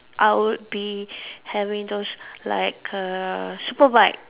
I would be having those like err super bike